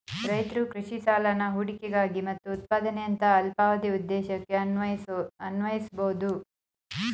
ರೈತ್ರು ಕೃಷಿ ಸಾಲನ ಹೂಡಿಕೆಗಾಗಿ ಮತ್ತು ಉತ್ಪಾದನೆಯಂತಹ ಅಲ್ಪಾವಧಿ ಉದ್ದೇಶಕ್ಕೆ ಅನ್ವಯಿಸ್ಬೋದು